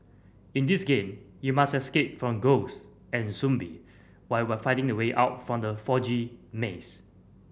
in this game you must escape from ghosts and zombie why while finding the way out from the foggy maze